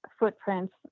footprints